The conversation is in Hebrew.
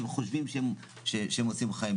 אם חושבים שהם עושים חיים.